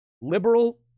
liberal